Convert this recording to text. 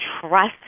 trust